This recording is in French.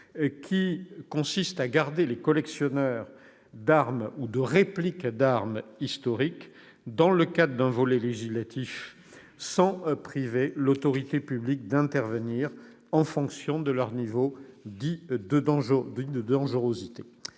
consistant à garder les collectionneurs d'armes ou de répliques d'armes historiques dans le cadre d'un volet législatif, sans priver l'autorité publique de la possibilité d'intervenir en fonction de leur niveau de dangerosité.